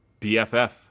BFF